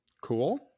cool